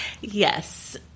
Yes